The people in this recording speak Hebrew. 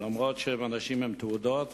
אף-על-פי שהם אנשים עם תעודות,